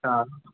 অ